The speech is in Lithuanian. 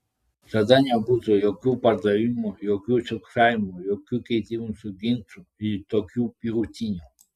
tada nebūtų jokių pardavimų jokių sukčiavimų jokių keitimųsi ginčų ir tokių pjautynių